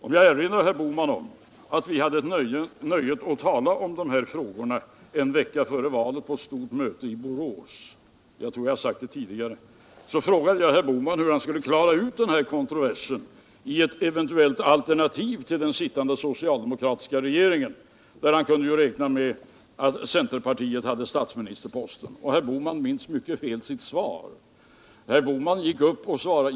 Jag vill erinra herr Bohman om -— jag tror att jag har gjort det tidigare — att vi hade nöjet att tala om dessa frågor en vecka före valet på ett stort möte i Borås. Jag frågade då herr Bohman hur han skulle klara denna kontrovers i ett eventuellt alternativ till den sittande socialdemokratiska regeringen, där han kunde räkna med att centerpartiet hade statsministerposten. Herr Bohman minns mycket väl sitt svar.